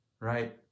Right